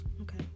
Okay